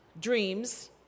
dreams